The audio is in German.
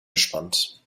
gespannt